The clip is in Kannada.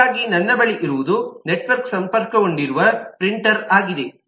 ಹಾಗಾಗಿ ನನ್ನ ಬಳಿ ಇರುವುದು ನೆಟ್ವರ್ಕ್ಗೆ ಸಂಪರ್ಕಗೊಂಡಿರುವ ಪ್ರಿಂಟರ್ ಆಗಿದೆ